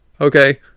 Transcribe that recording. Okay